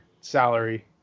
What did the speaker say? salary